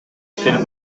сел